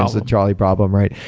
ah the trolley problem, right?